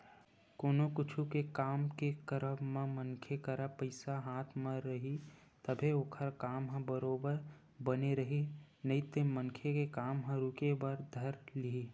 कोनो कुछु के काम के करब म मनखे करा पइसा हाथ म रइही तभे ओखर काम ह बरोबर बने रइही नइते मनखे के काम ह रुके बर धर लिही